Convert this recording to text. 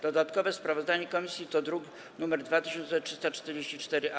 Dodatkowe sprawozdanie komisji to druk nr 2344-A.